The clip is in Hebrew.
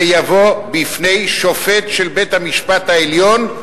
זה יבוא בפני שופט של בית-המשפט העליון,